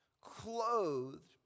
clothed